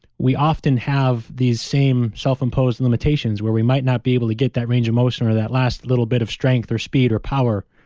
we often have these same self-imposed limitations where we might not be able to get that range of motion or that last little bit of strength, or speed, or power,